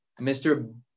Mr